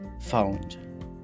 found